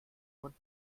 von